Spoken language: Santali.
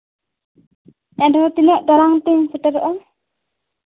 ᱮᱱ ᱨᱮᱦᱚᱸ ᱛᱤᱱᱟᱹᱜ ᱴᱟᱲᱟᱝ ᱛᱤᱧ ᱥᱮᱴᱮᱨᱚᱜᱼᱟ